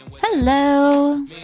Hello